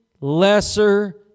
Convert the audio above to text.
lesser